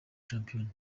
shampiyona